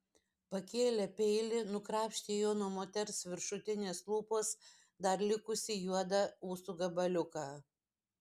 pakėlė peilį nukrapštė juo nuo moters viršutinės lūpos dar likusį juodą ūsų gabaliuką